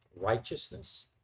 righteousness